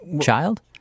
child